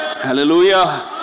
Hallelujah